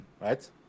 Right